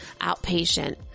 outpatient